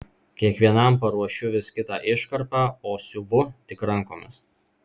kiekvienam paruošiu vis kitą iškarpą o siuvu tik rankomis